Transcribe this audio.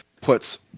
puts